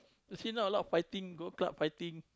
you see now a lot of fighting go club fighting